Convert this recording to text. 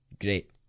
Great